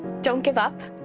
don't give up.